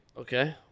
Okay